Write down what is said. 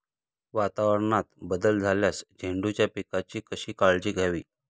वातावरणात बदल झाल्यास झेंडूच्या पिकाची कशी काळजी घ्यावी?